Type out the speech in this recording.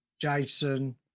Jason